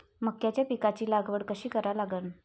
मक्याच्या पिकाची लागवड कशी करा लागन?